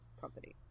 company